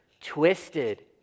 twisted